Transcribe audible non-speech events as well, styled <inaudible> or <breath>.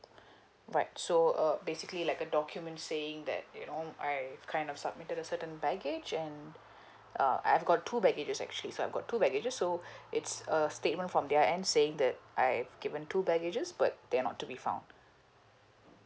<breath> right so uh basically like a document saying that you know I kind of submitted a certain baggage and <breath> uh I've got two baggages actually so I've got two baggages so <breath> it's a statement from their end saying that I've given two baggages but they are not to be found